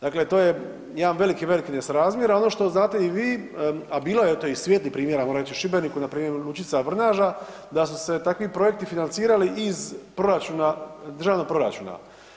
Dakle, to je jedan veliki, veliki nesrazmjer, a ono što znate i vi, a bilo je eto i svijetlih primjera moram reći u Šibeniku, npr. lučica Vrnaža da su se takvi projekti financirali iz proračuna, državnog proračuna.